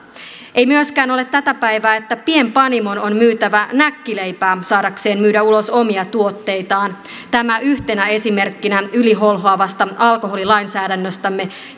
ei myöskään ole tätä päivää että pienpanimon on myytävä näkkileipää saadakseen myydä ulos omia tuotteitaan tämä yhtenä esimerkkinä yliholhoavasta alkoholilainsäädännöstämme